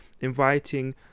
inviting